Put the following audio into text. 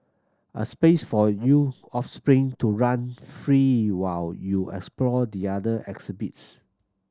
a space for you offspring to run free while you explore the other exhibits